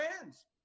fans